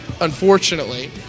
Unfortunately